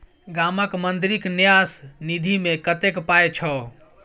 गामक मंदिरक न्यास निधिमे कतेक पाय छौ